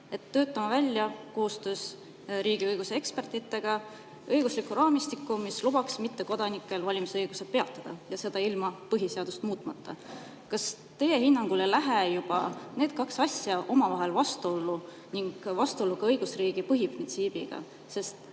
et töötame välja koostöös riigiõiguse ekspertidega õigusliku raamistiku, mis lubaks mittekodanikel valimisõiguse peatada, ja seda ilma põhiseadust muutmata. Kas teie hinnangul ei lähe need kaks asja omavahel vastuollu ja vastuollu ka õigusriigi põhiprintsiibiga?